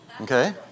Okay